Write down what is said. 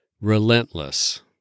Relentless